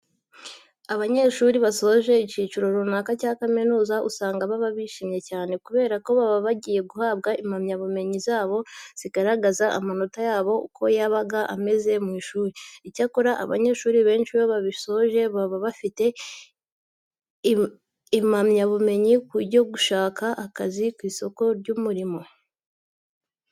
Abanyeshuri basoje icyiciro runaka cya kaminuza usanga baba bishimye cyane, kubera ko baba bagiye guhabwa impamyabumenyi zabo zigaragaza amanota yabo uko yabaga ameze mu ishuri. Icyakora abanyeshuri benshi iyo bagisoza baba bafite impamyi yo kujya gushaka akazi ku isoko ry'umurimo.